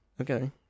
Okay